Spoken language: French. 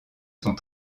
son